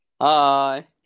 Hi